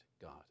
God